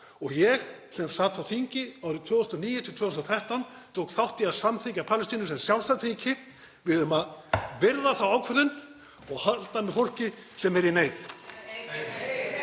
og ég sem sat á þingi árin 2009–2013 og tók þátt í að samþykkja Palestínu sem sjálfstætt ríki. Við eigum að virða þá ákvörðun og halda með fólki sem er í neyð.